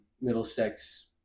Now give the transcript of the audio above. Middlesex